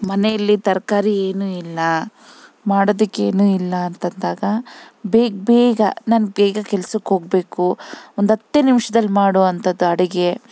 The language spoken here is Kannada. ಮನೆಯಲ್ಲಿ ತರಕಾರಿ ಏನೂ ಇಲ್ಲ ಮಾಡೋದಕ್ಕೆ ಏನೂ ಇಲ್ಲ ಅಂತ ಅಂದಾಗ ಬೇಗ ಬೇಗ ನಾನು ಬೇಗ ಕೆಲ್ಸಕ್ಕೆ ಹೋಗ್ಬೇಕು ಒಂದು ಹತ್ತೆ ನಿಮ್ಷದಲ್ಲಿ ಮಾಡುವಂತದ್ದು ಅಡುಗೆ